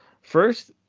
First